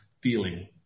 feeling